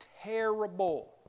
terrible